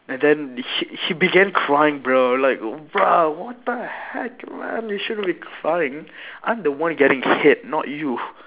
and then he he began crying bro I'm like bro what the heck man you shouldn't be crying I'm the one getting hit not you